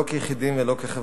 לא כיחידים ולא כחברה.